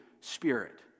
Spirit